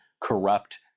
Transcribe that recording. corrupt